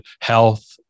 health